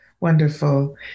Wonderful